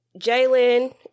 Jalen